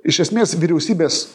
iš esmės vyriausybės